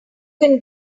can